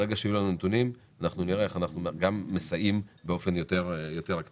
ברגע שיהיו לנו נתונים נראה איך אנחנו גם מסייעים באופן יותר אפקטיבי.